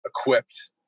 equipped